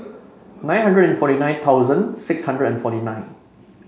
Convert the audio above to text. nine hundred and forty nine thousand six hundred and forty nine